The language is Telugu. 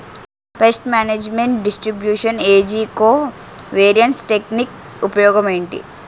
పేస్ట్ మేనేజ్మెంట్ డిస్ట్రిబ్యూషన్ ఏజ్జి కో వేరియన్స్ టెక్ నిక్ ఉపయోగం ఏంటి